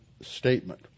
statement